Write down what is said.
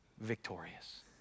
victorious